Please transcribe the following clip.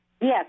Yes